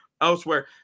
elsewhere